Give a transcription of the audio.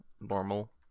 normal